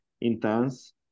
intense